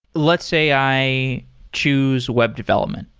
let's say i choose web development.